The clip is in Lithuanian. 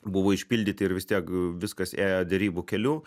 buvo išpildyti ir vis tiek viskas ėjo derybų keliu